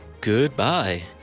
goodbye